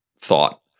thought